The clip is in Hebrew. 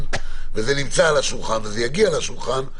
וזה נמצא על השולחן וזה יגיע לשולחן,